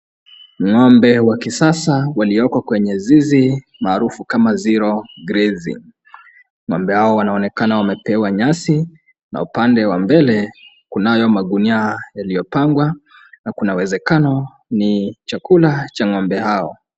Ng'ombe wa kisasa walioko kwenye zizi maarufu kama zero grazing .Ng'ombe hao wanaonekana wamepewa nyasi na upande wa mbele kunayo magunia yaliyopangwa na kuna uwezekano ni chakula cha ng'ombe hao.